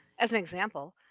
as an example,